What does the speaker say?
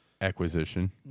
acquisition